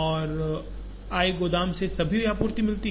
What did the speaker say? और गोदाम से सभी आपूर्ति मिलती है